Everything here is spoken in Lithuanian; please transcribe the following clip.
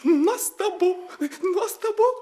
nuostabu nuostabu